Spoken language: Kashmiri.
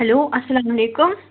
ہیٚلو اسلام علیکُم